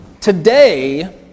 Today